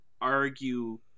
argue